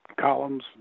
columns